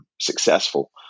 successful